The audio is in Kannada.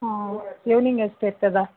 ಹಾಂ ಇವ್ನಿಂಗ್ ಅಷ್ಟೇ ಇರುತ್ತದಾ